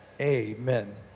Amen